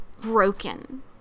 broken